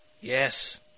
Yes